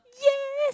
yes